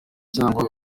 cyangwa